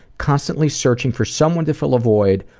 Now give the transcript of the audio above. constantly searching for someone to fill a void,